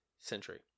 century